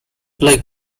like